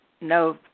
no